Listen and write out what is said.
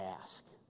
ask